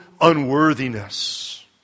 unworthiness